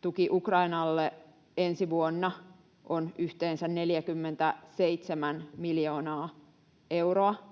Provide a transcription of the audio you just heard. Tuki Ukrainalle ensi vuonna on yhteensä 47 miljoonaa euroa,